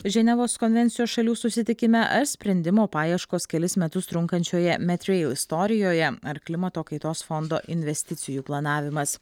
ženevos konvencijos šalių susitikime ar sprendimo paieškos kelis metus trunkančioje metreil istorijoje ar klimato kaitos fondo investicijų planavimas